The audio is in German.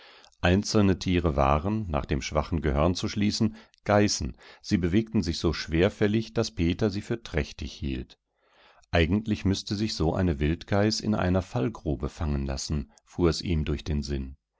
einzelne tiere waren nach dem schwachen gehörn zu schließen geißen sie bewegten sich so schwerfällig daß peter sie für trächtig hielt eigentlich müßte sich so eine wildgeiß in einer fallgrube fangen lassen fuhr es ihm durch den sinn